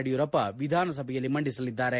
ಯಡಿಯೂರಪ್ಪ ವಿಧಾನಸಭೆಯಲ್ಲಿ ಮಂಡಿಸಲಿದ್ದಾರೆ